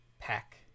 Pack